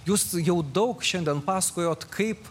jūs jau daug šiandien pasakojot kaip